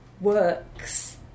works